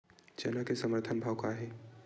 चना के समर्थन भाव का हे?